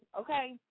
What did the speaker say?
Okay